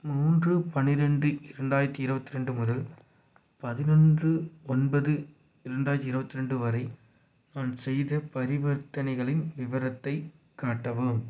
மூன்று பன்னிரெண்டு இரண்டாயிரத்தி இருவத்திரெண்டு முதல் பதினொன்று ஒன்பது இரண்டாயிரத்தி இருபத்ரெண்டு வரை நான் செய்த பரிவர்த்தனைகளின் விவரத்தை காட்டவும்